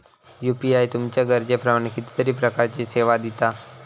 UPI तुमच्या गरजेप्रमाण कितीतरी प्रकारचीं सेवा दिता